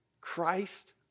Christ